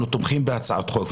אנחנו תומכים בהצעת החוק.